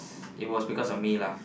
it was because of me lah